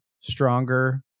stronger